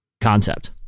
concept